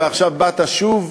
ועכשיו באת שוב,